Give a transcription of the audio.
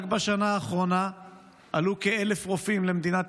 רק בשנה האחרונה עלו כ-1,000 רופאים למדינת